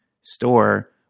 store